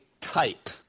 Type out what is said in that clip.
type